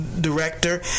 Director